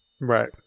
Right